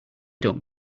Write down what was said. don’t